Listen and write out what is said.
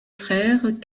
frères